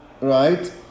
right